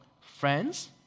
friends